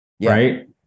Right